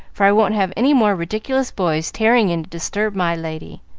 for i won't have any more ridiculous boys tearing in to disturb my lady.